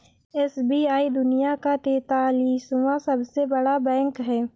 SBI दुनिया का तेंतालीसवां सबसे बड़ा बैंक है